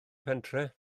pentre